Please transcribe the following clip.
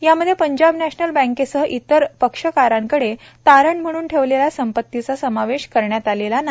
यामध्ये पंजाब नॅशनल बँकेसह इतर पक्षकारांकडे तारण म्हणून ठेवलेल्या संपत्तीचा समावेश करण्यात आलेला नाही